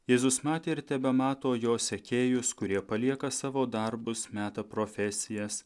jėzus matė ir tebemato jo sekėjus kurie palieka savo darbus meta profesijas